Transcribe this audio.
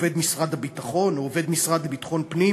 עובד משרד הביטחון או עובד המשרד לביטחון פנים.